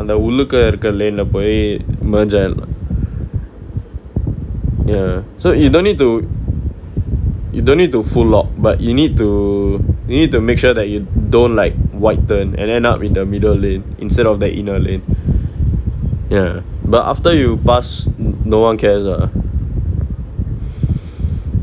அந்த உள்ளுக்கு இருக்குற:ponaa pothum nee antha ullukku irukkura line போய்:poi merge ஆயிற்லா:aayirlaa ya so you don't need to you don't need to full out but you need to you need to make sure that you dont't like wide turn and end up in the middle lane instead of the inner lane ya but after you pass no one cares ah